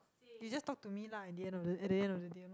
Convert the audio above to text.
you just talk to me lah at the end of the at the end of the day lor